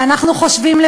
ואנחנו חושבים,